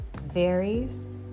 varies